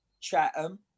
Chatham